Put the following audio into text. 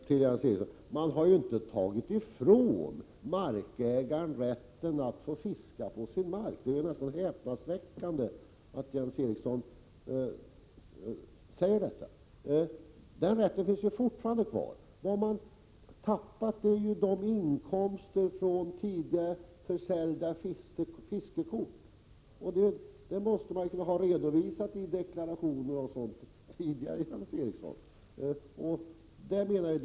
Herr talman! Man har inte tagit ifrån vattenägaren rätten att fiska i sitt eget vatten. Det är häpnadsväckande att Jens Eriksson påstår detta. Fiskerätten finns ju fortfarande kvar. Vad som förlorats är inkomsterna vid försäljning av fiskekort. Sådant måste man ju redan tidigare ha redovisat vid t.ex. deklaration.